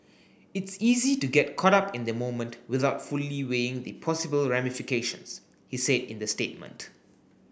it's easy to get caught up in the moment without fully weighing the possible ramifications he said in the statement